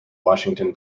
washington